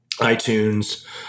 iTunes